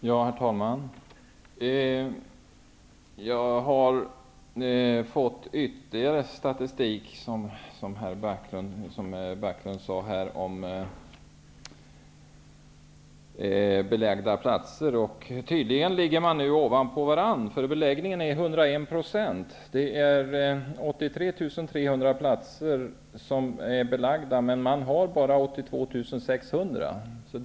Herr talman! Jag har fått tillgång till ytterligare statistik över antalet belagda platser. Tydligen ligger man nu ovanpå varandra. Beläggningen är nämligen 101 %. Det är 83 300 platser som är belagda, men det finns bara 82 600 platser.